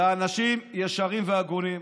זה אנשים ישרים והגונים,